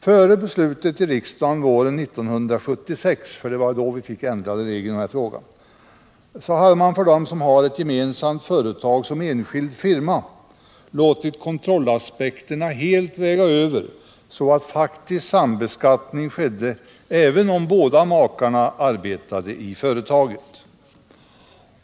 Före beslutet i riksdagen våren 1976 — det var då vi fick de ändrade reglerna i fråga — hade man för dem som hade ett gemensamt företag som enskild firma låtit kontrollaspekterna helt väga över. Faktisk sambeskattning skedde även om båda makarna arbetade i företaget.